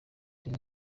reba